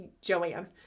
Joanne